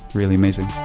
really amazing.